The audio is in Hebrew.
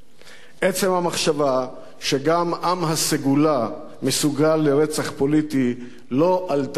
עצם המחשבה שגם עם הסגולה מסוגל לרצח פוליטי לא עלתה על הדעת.